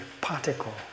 particle